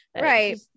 right